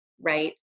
right